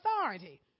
authority